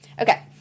Okay